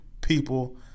people